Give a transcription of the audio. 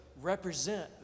represent